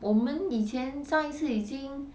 我们以前上一次已经